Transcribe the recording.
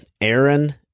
Aaron